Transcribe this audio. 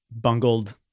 bungled